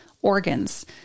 organs